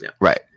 Right